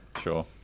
Sure